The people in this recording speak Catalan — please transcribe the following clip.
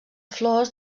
flors